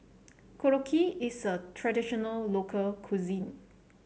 Korokke is a traditional local cuisine